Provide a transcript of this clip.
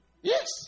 Yes